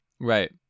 Right